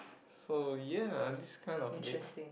so ya these kind of date